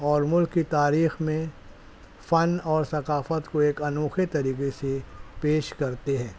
اور ملک کی تاریخ میں فن اور ثقافت کو ایک انوکھے طریقے سے پیش کرتے ہیں